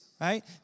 right